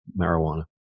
marijuana